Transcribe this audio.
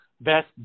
best